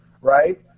right